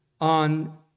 on